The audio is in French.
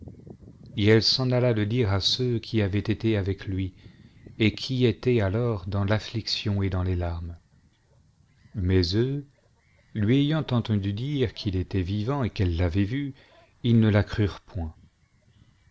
et elle s'en alla le dire à ceux qui avaient été avec lui et qui étaient alors dans l'affliction et dans les larmes mais eux lui ayant entendu dire qu'il était vivant et qu'elle l'avait vu ils ne la crurent point